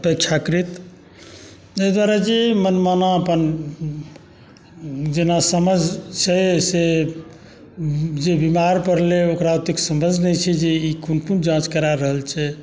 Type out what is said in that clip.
अपेक्षाकृत एहि दुआरे जे ई मनमाना अपन जेना समझ छै से जे बीमार पड़लै ओकरा ओतेक समझ नहि छै जे ई कोन कोन जाँच करा रहल छै